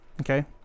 Okay